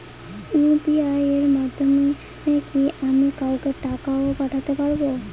UPI এর মাধ্যমে কি আমি কাউকে টাকা ও পাঠাতে পারবো?